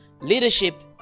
Leadership